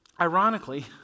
ironically